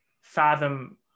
fathom